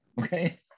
okay